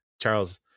Charles